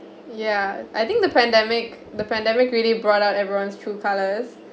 ya I think the pandemic the pandemic really brought out everyone's true colors